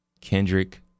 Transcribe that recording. Kendrick